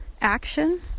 action